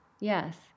yes